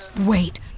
Wait